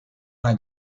una